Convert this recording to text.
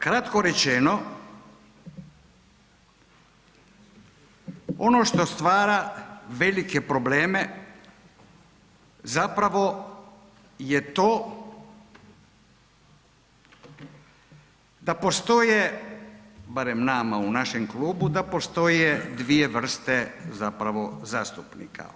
Kratko rečeno ono što stvara velike probleme zapravo je to da postoje barem nama u našem klubu da postoje dvije vrste zapravo zastupnika.